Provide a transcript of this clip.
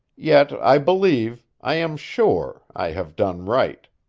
yet i believe i am sure i have done right.